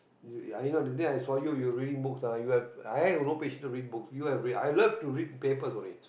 I know that day I see you reading book ah you have I have no patience to read book you have read I love to read papers only